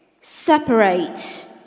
separate